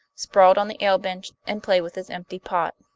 sprawling on the ale bench, and played with his empty pot.